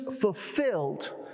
fulfilled